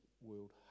world